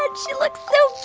ah she looks so